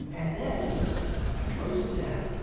and then i closed it down,